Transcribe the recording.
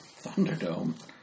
Thunderdome